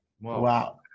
Wow